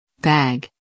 Bag